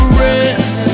rest